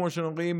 כמו שאומרים,